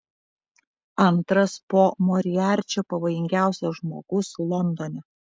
antras po moriarčio pavojingiausias žmogus londone